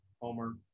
Homer